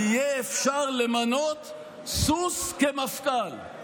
"יהיה אפשר למנות סוס כמפכ"ל".